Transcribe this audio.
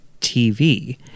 TV